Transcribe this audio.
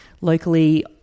locally